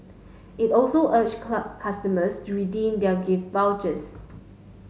it also urged customers to redeem their gift vouchers